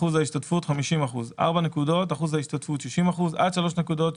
50% 4 נקודות 60% עד 3 נקודות